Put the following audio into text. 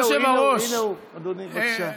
הינה הוא, הינה הוא, אדוני, בבקשה.